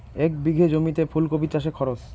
এক বিঘে জমিতে ফুলকপি চাষে খরচ?